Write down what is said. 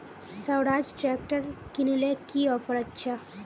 Swaraj tractor किनले की offer अच्छा?